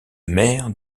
maire